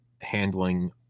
handling